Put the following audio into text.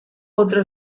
otro